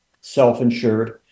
self-insured